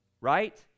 Right